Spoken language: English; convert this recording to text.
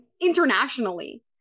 internationally